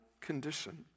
condition